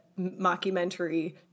mockumentary